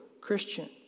Christian